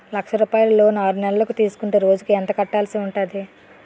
లక్ష రూపాయలు లోన్ ఆరునెలల కు తీసుకుంటే రోజుకి ఎంత కట్టాల్సి ఉంటాది?